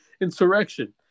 insurrection